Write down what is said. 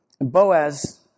Boaz